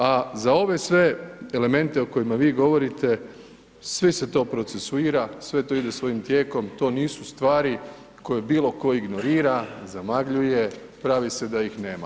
A za ove sve elemente o kojima vi govorite, svi se to procesuira, sve to ide svojim tijekom, to nisu stvari koje bilo tko ignorira, zamagljuje, pravi se da ih nema.